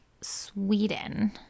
Sweden